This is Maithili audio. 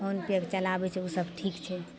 फोन पे चलाबै छै ओसब ठीक छै